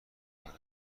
دارد